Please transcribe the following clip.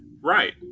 Right